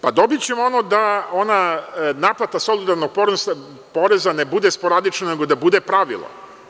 Pa, dobićemo da naplata solidarnog poreza ne bude sporadična, nego da bude pravilo.